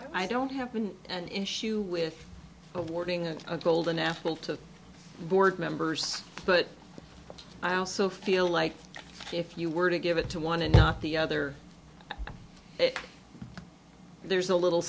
i don't have been an issue with awarding a golden apple to board members but i also feel like if you were to give it to one and not the other there's a little